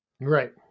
Right